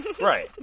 Right